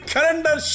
Calendar